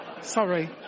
Sorry